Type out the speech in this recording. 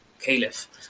caliph